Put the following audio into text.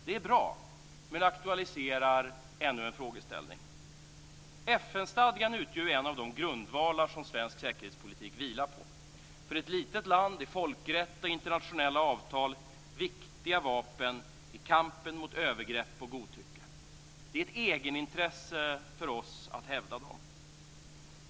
Det är bra men det aktualiserar ännu en frågeställning. FN-stadgan utgör ju en av de grundvalar som svensk säkerhetspolitik vilar på. För ett litet land är folkrätt och internationella avtal viktiga vapen i kampen mot övergrepp och godtycke. Det är ett egenintresse för oss att hävda dem.